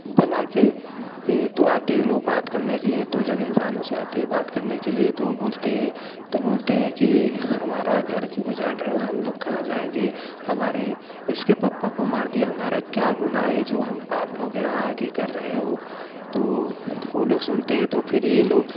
त बनाकर के ए तो आते लोग बात करने के लिए तो जब इंसानों से आते हैं बात करने के लिए तो ओ बोलते हैं तो बोलते हैं कि हमारा घर क्यों उजाड़ रहे हो हम लोग कहाँ जाएँगे हमारे इसके पापा को मार दिया हमारा क्या गुनाह है जो हम आप लोग यहाँ आकर कर रहे हो तो ओ लोग सुनते हैं तो फ़िर यह लोग